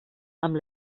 amb